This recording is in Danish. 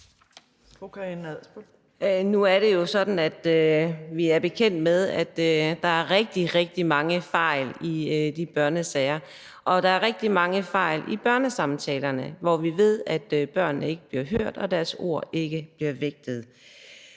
Nu er det jo sådan, at vi er bekendt med, at der er rigtig, rigtig mange fejl i de børnesager, og at der er rigtig mange fejl i børnesamtalerne, hvor vi ved, at børnene ikke bliver hørt, og at deres ord ikke bliver vægtet.